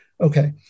Okay